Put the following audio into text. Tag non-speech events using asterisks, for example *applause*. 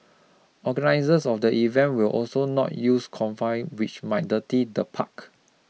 organisers of the event will also not use *unintelligible* which might dirty the park